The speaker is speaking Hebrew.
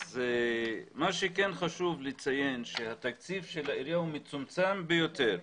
מה שכן חשוב לציין זה שהתקציב של העירייה הוא מצומצם ביותר.